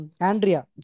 Andrea